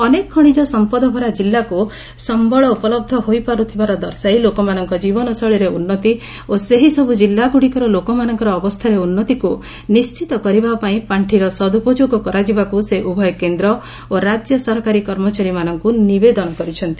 ଅନେକ ଖଣିଜ ସମ୍ପଦଭରା ଜିଲ୍ଲାକୁ ସମ୍ପଳ ଉପଲହ୍ଧ ହୋଇପାରୁଥିବାର ଦର୍ଶାଇ ଲୋକମାନଙ୍କ ଜୀବନ ଶୈଳୀରେ ଉନ୍ନତି ଓ ସେହିସବୁ ଜିଲ୍ଲାଗୁଡ଼ିକର ଲୋକମାନଙ୍କର ଅବସ୍ଥାରେ ଉନ୍ନତିକୁ ନିଣ୍ଢିତ କରିବାପାଇଁ ପାଣ୍ଠିର ସଦୂପଯୋଗ କରାଯିବାକୁ ସେ ଉଭୟ କେନ୍ଦ୍ର ଓ ରାଜ୍ୟ ସରକାରୀ କର୍ମଚାରୀମାନଙ୍କୁ ନିବେଦନ କରିଛନ୍ତି